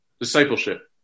discipleship